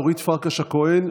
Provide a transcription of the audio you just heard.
אורית פרקש הכהן,